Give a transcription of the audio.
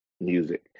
music